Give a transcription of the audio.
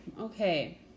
okay